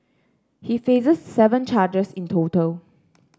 he faces seven charges in total